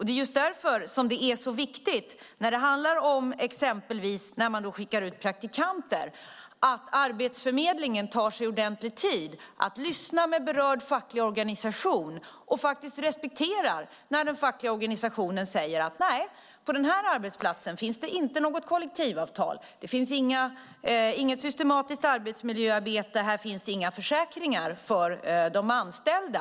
Det är just därför som det är så viktigt, exempelvis när man ska skicka ut praktikanter, att Arbetsförmedlingen tar sig ordentlig tid att lyssna på berörd facklig organisation och faktiskt respekterar när den fackliga organisationen säger: Nej, på den här arbetsplatsen finns det inte något kollektivavtal. Det finns inget systematiskt arbetsmiljöarbete. Här finns inga försäkringar för de anställda.